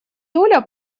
июля